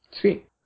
Sweet